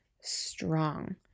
strong